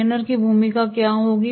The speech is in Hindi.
ट्रेनर की भूमिका क्या होगी